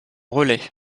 relais